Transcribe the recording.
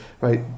right